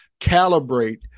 calibrate